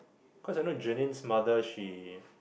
cause I know Janine's mother she